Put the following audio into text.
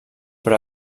però